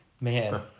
man